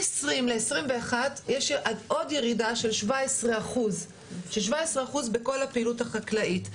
מ-2020 ל-2021 יש עוד ירידה של 17 אחוז בכל הפעילות החקלאית.